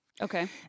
okay